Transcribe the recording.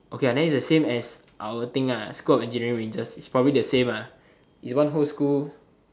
okay ah then it's the same as our thing ah school of engineering rangers it's probably the same ah is one whole school